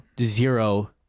zero